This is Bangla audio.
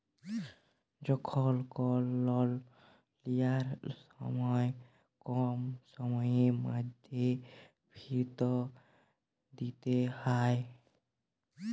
যখল কল লল লিয়ার সময় কম সময়ের ম্যধে ফিরত দিইতে হ্যয়